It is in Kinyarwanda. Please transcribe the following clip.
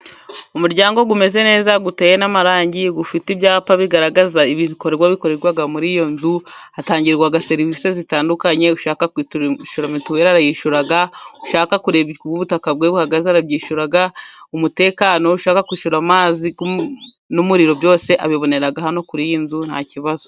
Umuryango umeze neza uteye n'amarangi ufite ibyapa bigaragaza ibi bikorwa bikorerwa muri iyo nzu, hatangirwa serivisi zitandukanye ushaka mituweli arayishyura, ushaka kureba uko ubutaka bwe buhagaze arabyishyura, umutekano, ushaka kwishyura amazi n'umuriro byose abibonera hano kuri iyi nzu nta kibazo.